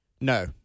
No